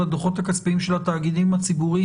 הדוחות הכספיים של התאגידים הציבוריים,